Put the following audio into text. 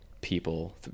people